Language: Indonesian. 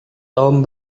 tom